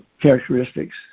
characteristics